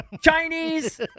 Chinese